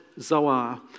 Zoar